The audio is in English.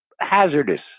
hazardous